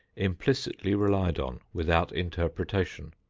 implicitly relied on without interpretation.